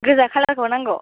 गोजा कालारखौ नांगौ